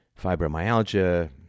fibromyalgia